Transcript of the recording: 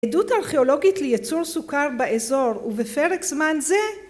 עדות ארכיאולוגית לייצור סוכר באזור ובפרק זמן זה